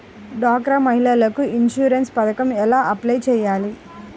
డ్వాక్రా మహిళలకు ఇన్సూరెన్స్ పథకం ఎలా అప్లై చెయ్యాలి?